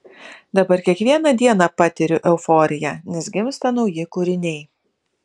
dabar kiekvieną dieną patiriu euforiją nes gimsta nauji kūriniai